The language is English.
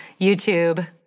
youtube